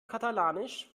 katalanisch